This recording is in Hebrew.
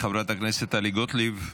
חברת הכנסת טלי גוטליב.